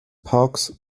parks